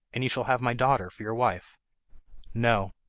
and you shall have my daughter for your wife no,